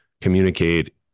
communicate